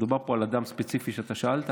מדובר פה על אדם ספציפי שאתה שאלת